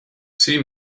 see